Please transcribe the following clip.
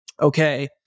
okay